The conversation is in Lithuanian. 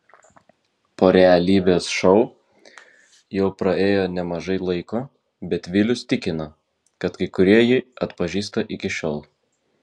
po realybės šou jau praėjo nemažai laiko bet vilius tikina kad kai kurie jį atpažįsta iki šiol